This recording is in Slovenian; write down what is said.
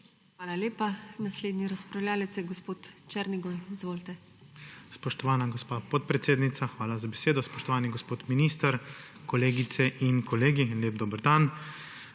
Hvala lepa. Naslednji razpravljavec je gospod Černigoj. **ANDREJ ČERNIGOJ (PS NSi):** Spoštovana gospa podpredsednica, hvala za besedo. Spoštovani gospod minister, kolegice in kolegi, lep dober dan!